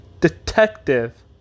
detective